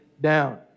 down